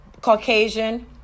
Caucasian